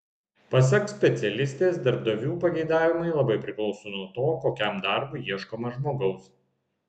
pasak specialistės darbdavių pageidavimai labai priklauso nuo to kokiam darbui ieškoma žmogaus